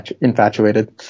infatuated